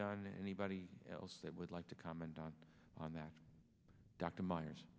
done anybody else that would like to comment on on that dr m